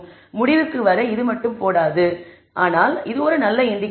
முடிவுக்கு வர இது போதாது ஆனால் இது ஒரு நல்ல இண்டிகேட்டர்